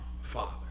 father